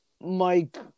Mike